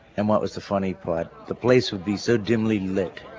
and what was the funny part? the place would be so dimly lit,